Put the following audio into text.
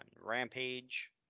Rampage